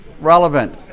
relevant